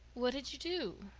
what did you do?